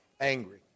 Angry